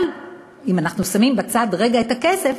אבל אם אנחנו שמים רגע בצד את הכסף,